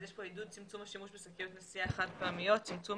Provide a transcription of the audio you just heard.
יש פה עידוד צמצום השימוש בשקיות נשיאה חד-פעמיות ולצמצום